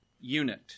unit